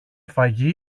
φαγί